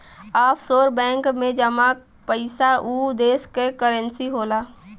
offshore bank में जमा पइसा उ देश क करेंसी होला